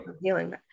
healing